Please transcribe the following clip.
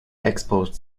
exposed